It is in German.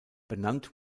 benannt